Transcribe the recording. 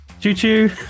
Choo-choo